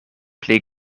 pli